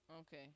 Okay